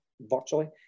virtually